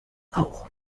auch